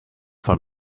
from